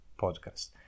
podcast